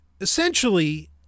Essentially